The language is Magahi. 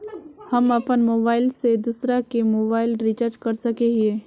हम अपन मोबाईल से दूसरा के मोबाईल रिचार्ज कर सके हिये?